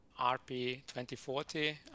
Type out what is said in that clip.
RP2040